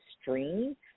stream